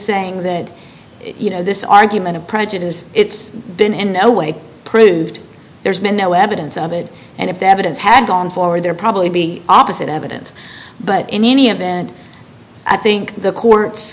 saying that you know this argument of prejudice it's been in no way proved there's been no evidence of it and if the evidence had gone forward there probably be opposite evidence but in any event i think the court